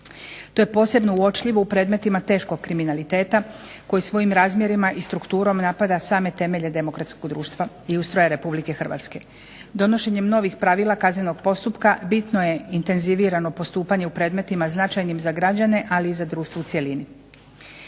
To je posebno uočljivo u predmetima teškog kriminaliteta koji svojim razmjerima i strukturom napada same temelje demokratskog društva i ustroja RH. Donošenjem novih pravila kaznenog postupka bitno je intenzivirano postupanje u predmetima značajnim za građane, ali i za društvo u cjelini.